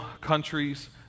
countries